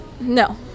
No